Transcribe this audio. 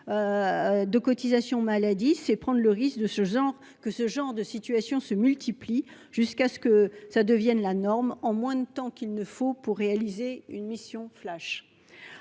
de cotisations maladie, c'est prendre le risque que ce genre de situation se multiplie jusqu'à devenir la norme en moins de temps qu'il ne faut pour réaliser une mission flash